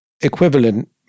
equivalent